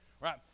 right